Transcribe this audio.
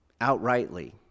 outrightly